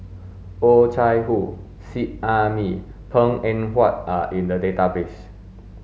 Oh Chai Hoo Seet Ai Mee Png Eng Huat are in the database